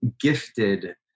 gifted